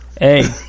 Hey